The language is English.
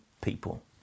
people